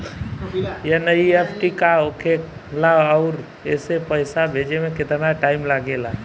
NEFT का होखे ला आउर एसे पैसा भेजे मे केतना टाइम लागेला?